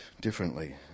differently